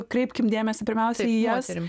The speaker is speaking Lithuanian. kreipkim dėmesį pirmiausia į jas